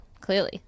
clearly